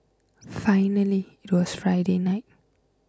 finally it was Friday night